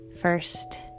first